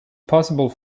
possible